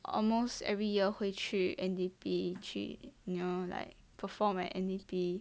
almost every year 回去 N_D_P 去 you know like perform at N_D_P